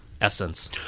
essence